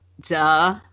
Duh